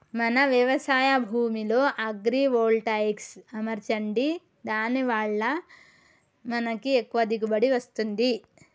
మన వ్యవసాయ భూమిలో అగ్రివోల్టాయిక్స్ అమర్చండి దాని వాళ్ళ మనకి ఎక్కువ దిగువబడి వస్తుంది